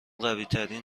قویتری